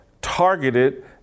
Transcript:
targeted